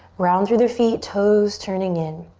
ground through the feet, toes turning in.